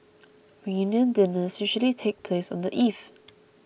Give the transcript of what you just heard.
reunion dinners usually take place on the eve